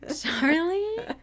Charlie